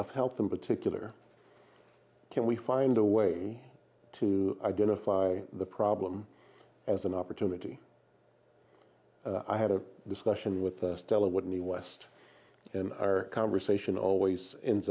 of health in particular can we find a way to identify the problem as an opportunity i had a discussion with stella wouldn't you west in our conversation always ends